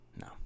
No